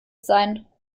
sein